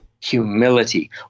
humility